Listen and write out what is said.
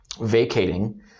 vacating